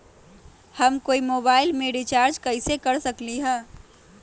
हम कोई मोबाईल में रिचार्ज कईसे कर सकली ह?